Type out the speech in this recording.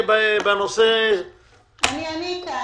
אני כאן.